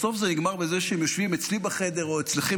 בסוף זה נגמר בזה שהם יושבים אצלי בחדר או אצלכם